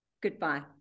Goodbye